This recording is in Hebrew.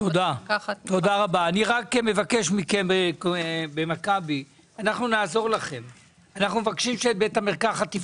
אנחנו מבקשים ממכבי לפתוח את בית המרקחת.